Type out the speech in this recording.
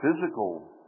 physical